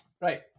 Right